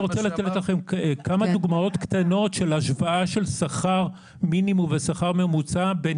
להיות הצמדה לשכר הממוצע במשק ככה שלא תשחק את קצבת הנכות.